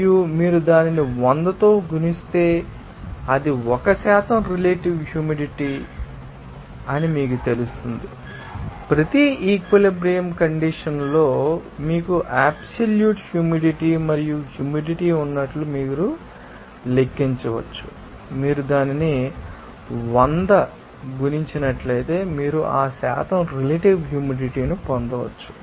మరియు మీరు దానిని 100 తో గుణిస్తే అది ఒక శాతం రిలేటివ్ హ్యూమిడిటీ అని మీకు తెలుస్తుంది లేదా ప్రతి ఈక్విలిబ్రియం కండిషన్స్ లో మీకు అబ్సల్యూట్ హ్యూమిడిటీ మరియు హ్యూమిడిటీ ఉన్నట్లు మీరు లెక్కించవచ్చు మరియు మీరు దానిని 100 గుణించినట్లయితే మీరు ఆ శాతం రిలేటివ్ హ్యూమిడిటీ ను పొందవచ్చు